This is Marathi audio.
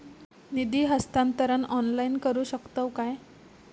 निधी हस्तांतरण ऑनलाइन करू शकतव काय?